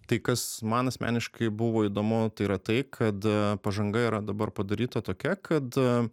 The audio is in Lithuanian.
tai kas man asmeniškai buvo įdomu tai yra tai kad pažanga yra dabar padaryta tokia kad